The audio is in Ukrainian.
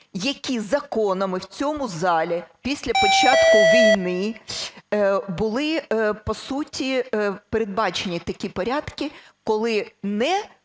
які законами в цьому залі після початку війни були, по суті, передбачені такі порядки, коли не